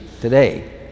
today